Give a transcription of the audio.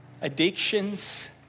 addictions